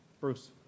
Bruce